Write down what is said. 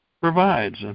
provides